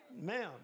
ma'am